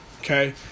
okay